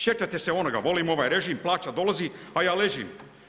Sjećate se onoga, volim ovaj režim, plaća dolazi, a ja ležim.